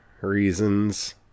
Reasons